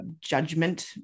judgment